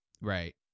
right